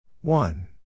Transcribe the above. One